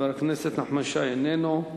חבר הכנסת נחמן שי איננו,